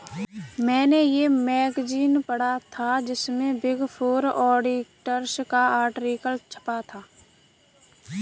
मेने ये मैगज़ीन पढ़ा था जिसमे बिग फॉर ऑडिटर्स का आर्टिकल छपा था